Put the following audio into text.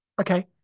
okay